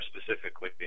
specifically